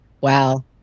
Wow